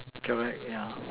correct yeah